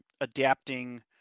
adapting